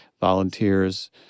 Volunteers